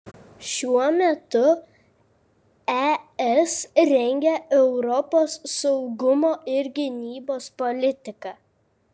šiuo metu es rengia europos saugumo ir gynybos politiką